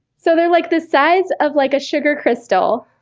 so they're like the size of like a sugar crystal,